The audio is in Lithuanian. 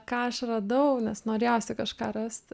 ką aš radau nes norėjosi kažką rast